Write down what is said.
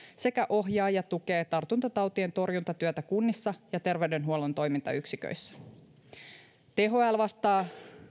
sekä ohjaa ja tukee tartuntatautien torjuntatyötä kunnissa ja terveydenhuollon toimintayksiköissä thl vastaa